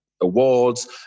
awards